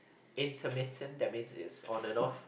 intermittent that means it's on and off